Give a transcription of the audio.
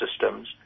systems